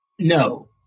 No